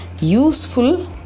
useful